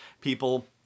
people